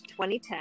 2010